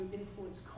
influence